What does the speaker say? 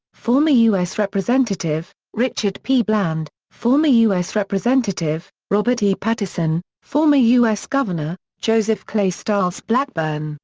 former u s. representative richard p. bland, former u s. representative robert e. pattison, former u s. governor joseph clay styles blackburn,